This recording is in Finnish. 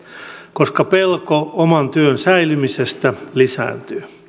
koska pelko oman työn säilymisestä lisääntyy